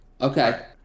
Okay